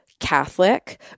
Catholic